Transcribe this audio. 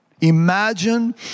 Imagine